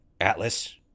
Atlas